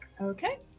Okay